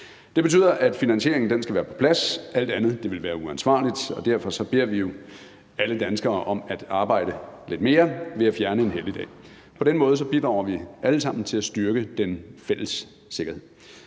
Det betyder, at finansieringen skal være på plads. Alt andet ville være uansvarligt. Derfor beder vi jo alle danskere om at arbejde lidt mere ved at fjerne en helligdag. På den måde bidrager vi alle sammen til at styrke den fælles sikkerhed.